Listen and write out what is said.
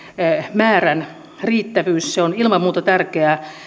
määrän riittävyys se on ilman muuta tärkeää